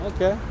Okay